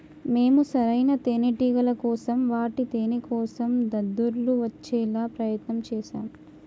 మేము సరైన తేనేటిగల కోసం వాటి తేనేకోసం దద్దుర్లు వచ్చేలా ప్రయత్నం చేశాం